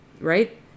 right